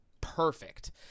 Perfect